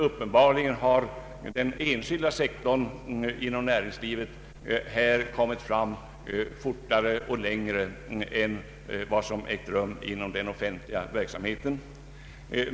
Uppenbarligen har den enskilda sektorn inom näringslivet kommit fram fortare och nått längre än man gjort inom den offentliga verksamheten.